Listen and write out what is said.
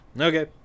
Okay